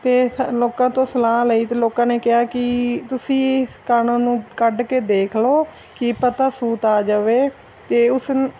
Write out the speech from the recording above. ਅਤੇ ਸ ਲੋਕਾਂ ਤੋਂ ਸਲਾਹ ਲਈ ਅਤੇ ਲੋਕਾਂ ਨੇ ਕਿਹਾ ਕਿ ਤੁਸੀਂ ਇਸ ਕਾਣੋ ਨੂੰ ਕੱਢ ਕੇ ਦੇਖ ਲਓ ਕੀ ਪਤਾ ਸੂਤ ਆ ਜਾਵੇ ਅਤੇ ਉਸ